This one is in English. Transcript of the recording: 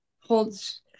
holds